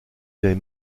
des